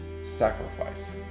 sacrifice